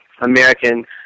American